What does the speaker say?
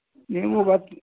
نہیں وہ بات